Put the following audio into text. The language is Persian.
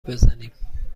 بزنیم